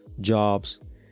jobs